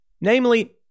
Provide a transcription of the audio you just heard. Namely